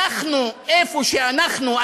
אנחנו איפה שאנחנו,